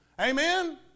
Amen